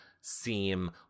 seem